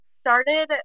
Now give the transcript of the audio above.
started